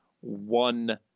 one